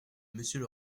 monsieur